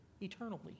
eternally